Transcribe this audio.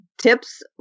tips